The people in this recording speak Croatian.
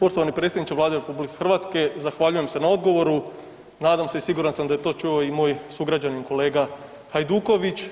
Poštovani predsjedniče Vlade RH zahvaljujem se na odgovoru, nadam se i siguran sam da je to čuo i moj sugrađanin kolega Hajduković.